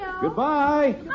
Goodbye